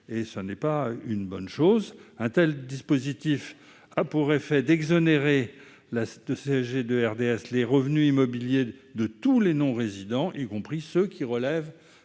Ce n'est pas une bonne chose : un tel dispositif aurait pour effet d'exonérer de CSG et de CRDS les revenus immobiliers de tous les non-résidents, y compris ceux qui relèvent